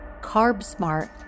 carb-smart